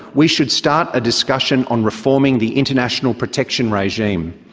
we should start a discussion on reforming the international protection regime,